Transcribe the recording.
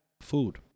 food